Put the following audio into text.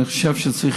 אני חושב שצריך